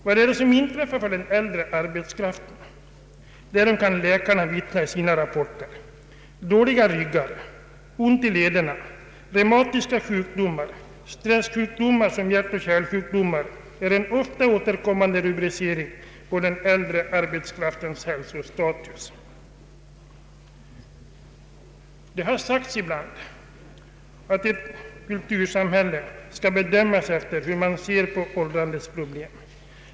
Vad är det som inträffar hos den äldre arbetskraften? Därom kan läkarna vittna i sina rapporter: dåliga ryggar, ont i lederna, reumatiska sjukdomar, stressjukdomar såsom hjärtoch kärlsjukdomar är ofta återkommande rubriceringar på den äldre arbetskraftens hälsostatus. Det har ibland sagts att ett kultursamhälle skall bedömas efter hur man ser på åldrandets problem.